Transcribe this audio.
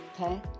okay